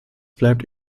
bleibt